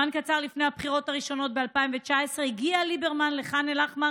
זמן קצר לפני הבחירות הראשונות ב-2019 הגיע ליברמן לח'אן אל-אחמר